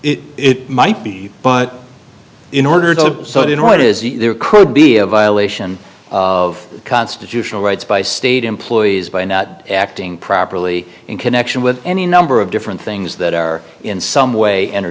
well it might be but in order to sort in what is there could be a violation of constitutional rights by state employees by not acting properly in connection with any number of different things that are in some way enter